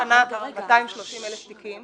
230,000 תיקים.